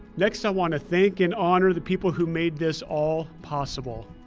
next, i wanna thank and honor the people who made this all possible.